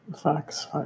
Facts